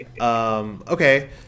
Okay